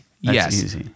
Yes